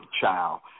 child